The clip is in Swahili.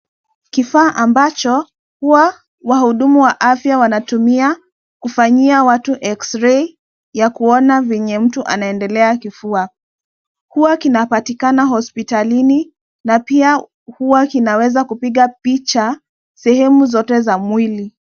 Kifaa ambacho huwa wahudumu wa afya wanatumia kufanyia watu eksirei ya kuona venye mtu anaendelea kifua. Huwa kinapatikana hospitalini na pia huwa kinaweza kupiga picha sehemu zote za mwili.